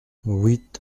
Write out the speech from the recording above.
huit